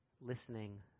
Listening